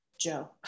Joe